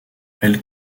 elle